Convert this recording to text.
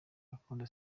bakunda